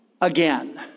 again